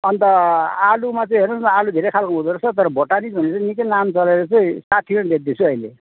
अन्त आलुमा चाहिँ हेर्नुहोस् न आलु धेरै खालको हुँदारहेछ तर भोटानिस भनेको चाहिँ निकै नाम चलेर चाहिँ साठीमा बेच्दैछु अहिले